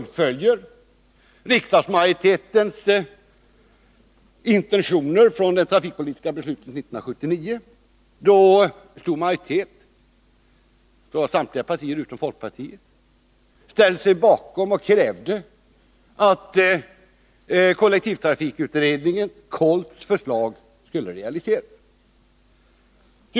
Vi fullföljer riksdagsmajoritetens intentioner från det trafikpolitiska beslutet 1979, då en stor majoritet — det var samtliga partier utom folkpartiet — ställde sig bakom förslaget från kollektivtrafikutredningen, KOLT, och krävde att det skulle realiseras.